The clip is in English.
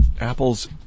Apple's